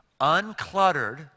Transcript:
Uncluttered